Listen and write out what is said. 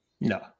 No